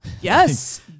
Yes